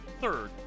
Third